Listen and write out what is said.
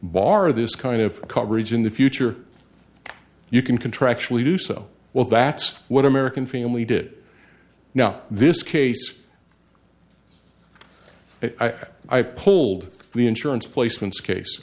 bar this kind of coverage in the future you can contractually do so well that's what american family did now this case i've i pulled the insurance placements case